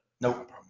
Nope